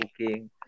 cooking